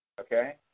Okay